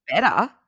better